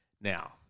Now